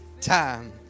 time